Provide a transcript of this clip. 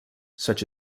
such